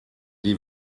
die